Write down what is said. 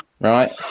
right